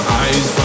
eyes